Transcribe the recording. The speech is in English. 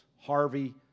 Harvey